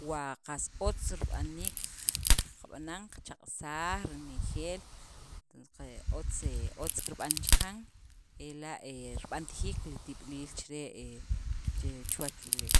wa qas otz rib'aniik qq qab'anan, qachaq'saj renjeel, otz kirb'an chaqan ela' rib'ntajiil li tib'iliil chire' chuwach uleew.